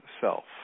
self